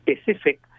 specific